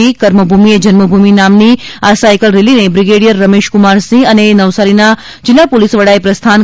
કર્મભૂમિ એ જન્મભૂમિ નામની આ સાયકલ રેલીને બ્રિગેડીયર રમેશકુમાર સિંહ અને નવસારીના જિલ્લા પોલીસ વડાએ પ્રસ્થાન કરાવ્યું